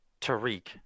Tariq